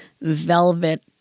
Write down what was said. velvet